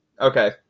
Okay